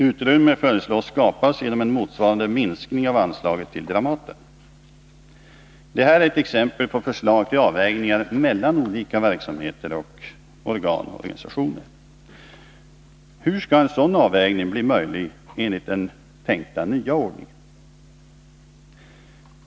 Utrymme föreslås skapas genom en motsvarande minskning av anslaget till Dramaten. Detta är ett exempel på förslag till avvägningar mellan olika verksamheter och organ och organisationer. Hur skall en sådan avvägning bli möjlig enligt den tänkta nya ordningen?